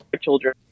children